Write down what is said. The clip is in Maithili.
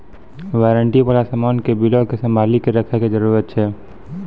वारंटी बाला समान के बिलो के संभाली के रखै के जरूरत छै